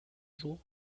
jour